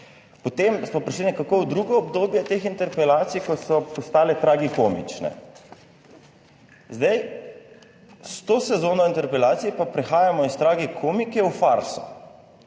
Potem smo prišli nekako v drugo obdobje teh interpelacij, ko so postale tragikomične, zdaj s to sezono interpelacije pa prihajamo iz tragikomik v farso.